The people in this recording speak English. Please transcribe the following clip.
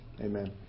Amen